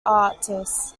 artists